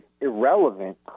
irrelevant